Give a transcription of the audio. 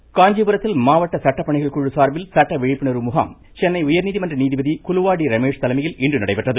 இருவரி காஞ்சிபுரத்தில் மாவட்ட சட்டப்பணிகள் குழு சார்பில் சட்ட விழிப்புணர்வு முகாம் சென்னை உயர்நீதிமன்ற நீதிபதி குலுவாடி ரமேஷ் தலைமையில் இன்று நடைபெற்றது